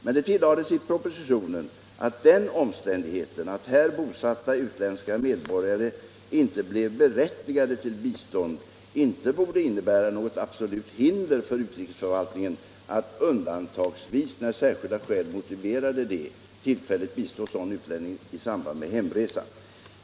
Men det tillades i propositionen att den omständigheten att här bosatta utländska medborgare inte blev berättigade till bistånd inte borde innebära något absolut hinder för utrikesförvaltningen att undantagsvis, när särskilda skäl motiverade det, tillfälligt bistå sådan utlänning i samband med hemresa.